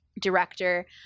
director